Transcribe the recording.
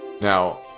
Now